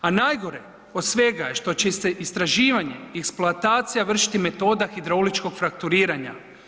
A najgore od svega je što će se istraživanje i eksploatacija vršiti metoda hidrauličkog frakturiranja.